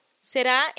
será